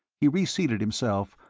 he reseated himself,